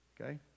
Okay